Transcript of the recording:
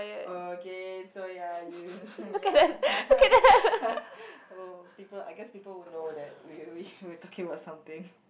okay so ya you ya oh people I guess people would know that we we we talking about something